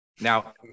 Now